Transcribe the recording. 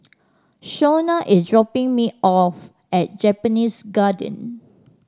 Shawna is dropping me off at Japanese Garden